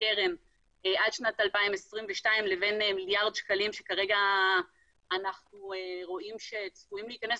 לקרן עד שנת 2022 לבין מיליארד שכרגע אנחנו רואים שצפויים להיכנס,